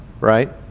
right